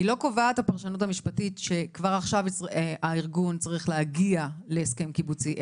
שהפרשנות המשפטית לא קובעת שכבר עכשיו הארגון צריך להגיע להסכם קיבוצי,